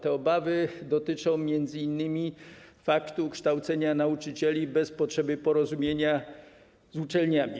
Te obawy dotyczą m.in. faktu kształcenia nauczycieli bez potrzeby porozumienia z uczelniami.